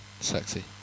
sexy